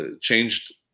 Changed